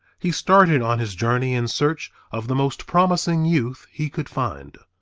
he started on his journey in search of the most promising youth he could find.